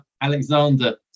alexander